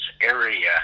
area